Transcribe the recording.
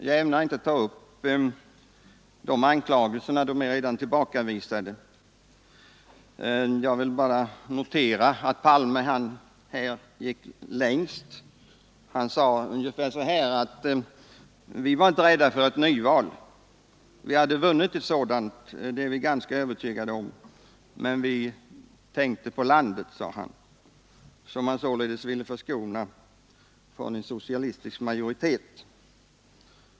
Jag ämnar inte ta upp dessa anklagelser. De är redan tillbakavisade. Jag vill bara notera att herr Palme gick längst. Han sade ungefär så här: Vi var inte rädda för ett nyval. Vi är ganska övertygade om att vi hade vunnit ett sådant. Men, sade herr Palme, vi tänkte på landet — som han således ville förskona från en socialistisk majoritet.